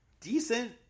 decent